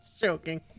joking